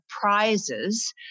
prizes